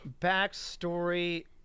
Backstory